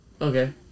Okay